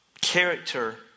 Character